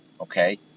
okay